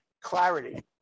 clarity